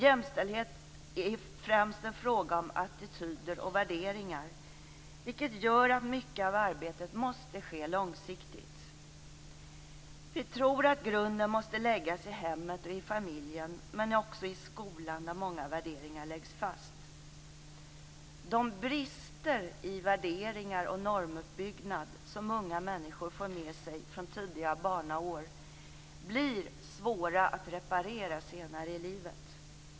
Jämställdhet är främst en fråga om attityder och värderingar, vilket gör att mycket av arbetet måste ske långsiktigt. Vi tror att grunden måste läggas i hemmet och i familjen, men också i skolan, där många värderingar läggs fast. De brister i värderingar och normuppbyggnad som unga människor får med sig från tidiga barnaår blir svåra att reparera senare i livet.